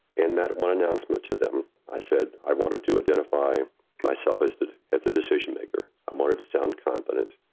in that one announcement to them, i said, i wanted to identify myself as the as a decision maker, i wanted to sound competent.